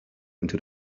into